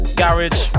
garage